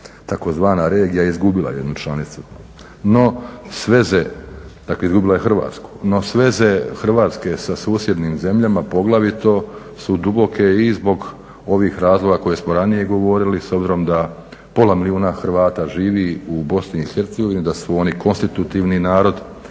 takozvana regija je izgubila jednu članicu, izgubila je Hrvatsku, no sveze Hrvatske sa susjednim zemljama poglavito su duboke i zbog ovih razloga koje smo ranije govorili s obzirom da pola milijuna Hrvata živi u BIH, da su oni konstitutivni narod